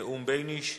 ונאום בייניש,